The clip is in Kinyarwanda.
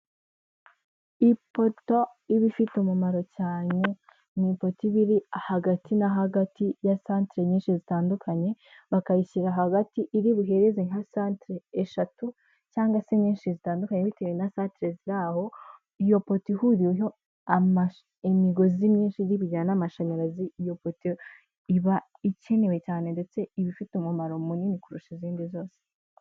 Ipoto iba ifite umumaro cyane mu ipoto iba iri hagati na hagati santere nyinshi zitandukanye bakayishyira hagati iri buhereze nka santere 3 cyangwa se nyinshi zitandukanye bitewe na santere aho iyo poto ihuriweho imigozi myinshi iba ijyana n'amashanyarazi iyo poto iba ikenewe cyane ndetse iba ifite umumaro munini kurusha izindi zose.